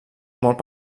molt